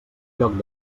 lloc